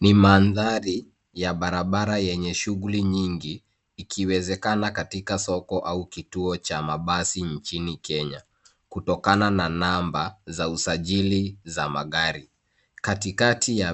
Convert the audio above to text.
Ni mandhari ya barabara yenye shughuli nyingi ikiwezekana katika soko au kituo cha mabasi nchini kenya kutokana na namba za usajili za magari. Katikati